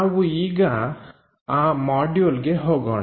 ನಾವು ಈಗ ಆ ಮಾಡ್ಯುಲ್ ಗೆ ಹೋಗೋಣ